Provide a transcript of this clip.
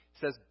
says